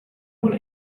want